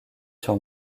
sur